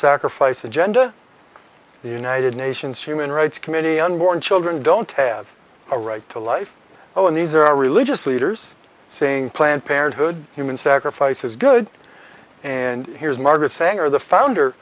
sacrifice agenda the united nations human rights committee unborn children don't have a right to life oh and these are our religious leaders saying planned parenthood human sacrifice is good and here's margaret sanger the founder